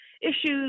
issues